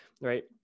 right